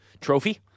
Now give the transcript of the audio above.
trophy